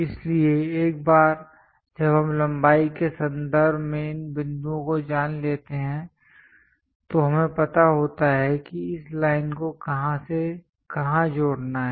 इसलिए एक बार जब हम लंबाई के संदर्भ में इन बिंदुओं को जान लेते हैं तो हमें पता होता है कि इस लाइन को कहां से कहां जोड़ना है